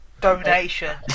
Donation